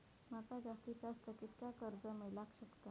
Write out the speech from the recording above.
माका जास्तीत जास्त कितक्या कर्ज मेलाक शकता?